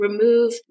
remove